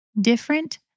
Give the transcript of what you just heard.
different